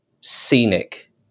scenic